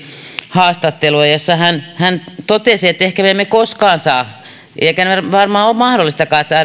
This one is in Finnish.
haastattelua jossa hän hän totesi että ehkä me emme koskaan saa eikä varmaan ole mahdollistakaan